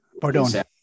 pardon